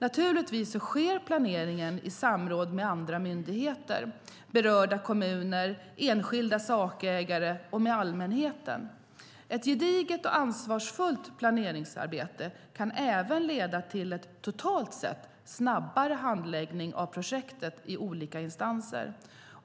Naturligtvis sker planeringen i samråd med andra myndigheter, berörda kommuner, enskilda sakägare och med allmänheten. Ett gediget och ansvarsfullt planeringsarbete kan även leda till en totalt sett snabbare handläggning av projektet i olika instanser.